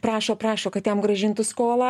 prašo prašo kad jam grąžintų skolą